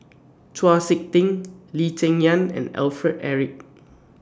Chau Sik Ting Lee Cheng Yan and Alfred Eric